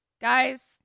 guys